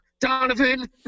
Donovan